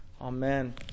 Amen